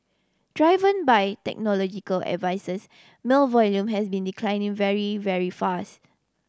driven by technological advances mail volume has been declining very very fast